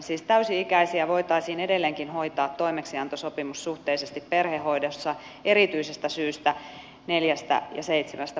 siis täysi ikäisiä voitaisiin edelleenkin hoitaa toimeksiantosopimussuhteisesti perhehoidossa erityisestä syystä neljästä ja seitsemästä poiketen